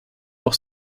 auch